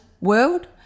world